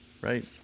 Right